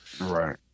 right